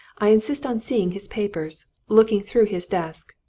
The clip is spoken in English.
i insist on seeing his papers, looking through his desk.